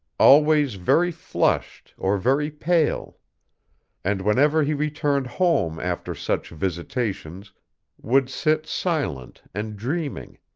always very flushed or very pale and whenever he returned home after such visitations would sit silent and dreaming,